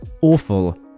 awful